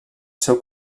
seu